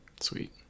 Sweet